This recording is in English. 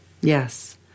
Yes